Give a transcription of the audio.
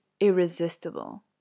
irresistible